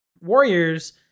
Warriors